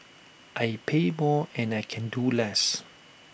I pay more and I can do less